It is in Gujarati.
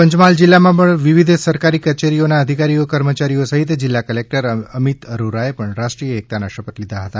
તો પંચમહાલ જીલ્લામાં પણ વિવિધ સરકારી કચેરીઓના અધિકારીઓ કર્મચારીઓ સહીત જિલ્લા કલેકટર અમિત અરોરાએ પણ રાષ્રીસેય એકતાના શપથ લીધા હતા